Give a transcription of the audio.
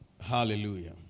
Hallelujah